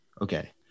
Okay